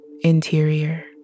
Interior